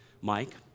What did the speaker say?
Mike